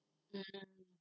mmhmm